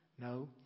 No